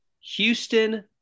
Houston